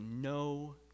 no